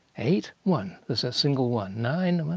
eight, one there's a single one. nine, one.